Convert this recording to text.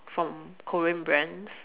from Korean brands